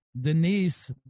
Denise